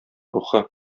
рухы